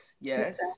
yes